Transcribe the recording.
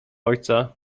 ojca